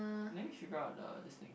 let me figure out the this thing